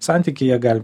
santykiai jie gali